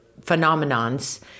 phenomenons